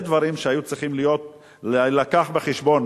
אלו דברים שהיו צריכים להילקח בחשבון,